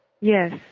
Yes